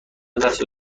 دست